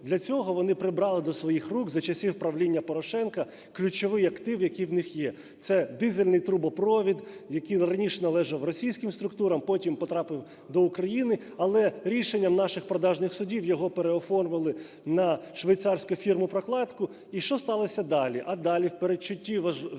Для цього вони прибрали до свої рук за часів правління Порошенка ключовий актив, який у них є. Це дизельний трубопровід, який раніше належав російським структурам, потім потрапив до України, але рішенням наших продажних суддів його переоформили на швейцарську фірму-прокладку. І що сталося далі? А далі, в передчутті вже